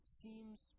seems